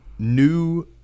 new